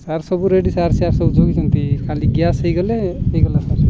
sir ସବୁ ready sir sir ସବୁ ଯଗିଛନ୍ତି ଖାଲି ଗ୍ୟାସ୍ ହୋଇଗଲେ ହୋଇଗଲା ସାର୍